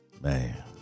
Man